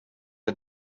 are